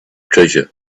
treasure